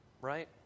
right